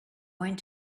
going